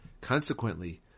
Consequently